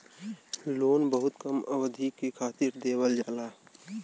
loan बहुत कम अवधि के खातिर देवल जाला